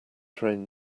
train